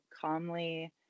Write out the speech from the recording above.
calmly